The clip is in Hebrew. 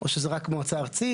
או שרק מועצה ארצית?